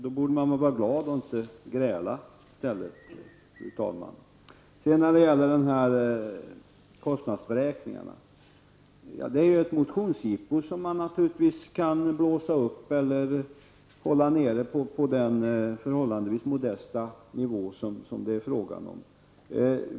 Då borde man väl vara glad, fru talman, i stället för att gräla. När det sedan gäller kostnadsberäkningarna är detta ett motionsjippo som man naturligtvis kan blåsa upp eller hålla nere på den förhållandevis modesta nivå som det här är fråga om.